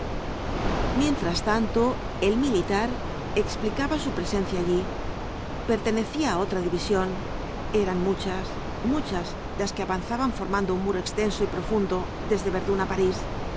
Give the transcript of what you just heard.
mientras tanto el militar explicaba su presencia aiií pertenecía á otra división eran muchas muchas las que avanzaban formando un muro extenso y profundo desde verdún á parís